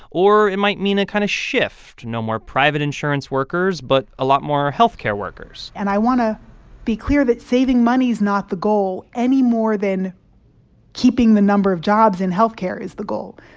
or it might mean a kind of shift no more private insurance workers, but a lot more health care workers and i want to be clear that saving money's not the goal any more than keeping the number of jobs in health care is the goal.